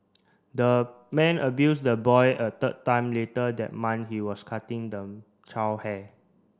the man abused the boy a third time later that month he was cutting the child hair